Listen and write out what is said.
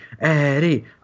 Eddie